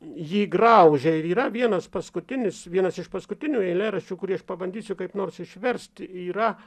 jį graužia ir yra vienas paskutinis vienas iš paskutinių eilėraščių kurį aš pabandysiu kaip nors išverst yra